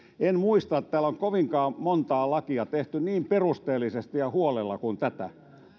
en muista että täällä on kovinkaan montaa lakia tehty niin perusteellisesti ja huolella kuin tätä